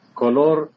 color